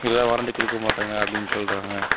எல்லாம் வாரண்டியும் கொடுக்கமாட்டாங்க அப்படின்னு சொல்லுறாங்க